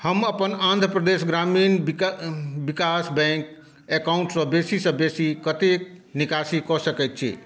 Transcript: हम अपन आंध्र प्रदेश ग्रामीण विकास बैंक अकाउंटसँ बेसीसँ बेसी कतेक निकासी कऽ सकैत छी